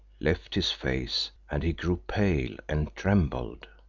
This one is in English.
left his face and he grew pale and trembled.